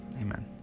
amen